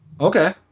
Okay